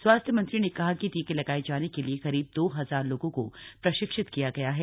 स्वास्थ्य मंत्री ने कहा कि टीके लगाए जाने के लिए करीब दो हजार लोगों को प्रशिक्षित किया गया है